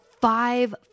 five